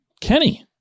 Kenny